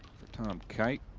tom kite.